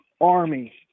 army